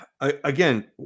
again